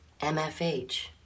MFH